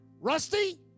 Rusty